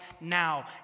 now